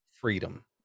freedom